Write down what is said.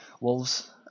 Wolves